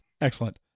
Excellent